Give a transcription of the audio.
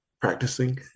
practicing